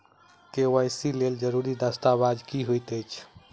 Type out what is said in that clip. KYC लेल जरूरी दस्तावेज की होइत अछि?